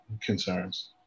concerns